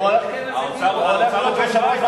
מה אכפת לך שזו תהיה כספים?